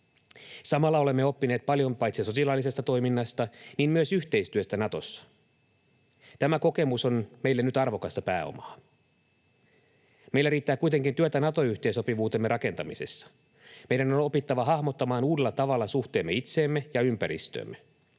Samalla olemme oppineet paljon paitsi sotilaallisesta toiminnasta myös yhteistyöstä Natossa. Tämä kokemus on meille nyt arvokasta pääomaa. Meillä riittää kuitenkin työtä Nato-yhteensopivuutemme rakentamisessa. Meidän on opittava hahmottamaan uudella tavalla suhteemme itseemme ja ympäristöömme.